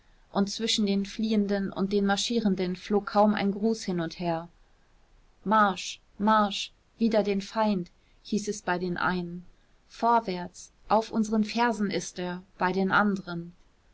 und zwischen den fliehenden und den marschierenden flog kaum ein gruß hin und her marsch marsch wider den feind hieß es bei den einen vorwärts auf unseren fersen ist er bei den anderen